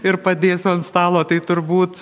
ir padėsiu ant stalo tai turbūt